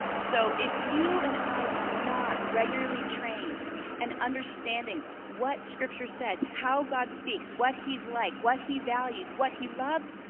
so if you and i are not regularly trained and understanding what scripture says, how god speaks, what he's like, what he values, what he loves,